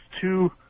two